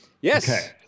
yes